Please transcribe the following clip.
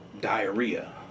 diarrhea